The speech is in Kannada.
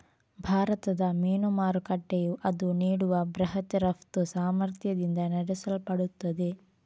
ಭಾರತದ ಮೀನು ಮಾರುಕಟ್ಟೆಯು ಅದು ನೀಡುವ ಬೃಹತ್ ರಫ್ತು ಸಾಮರ್ಥ್ಯದಿಂದ ನಡೆಸಲ್ಪಡುತ್ತದೆ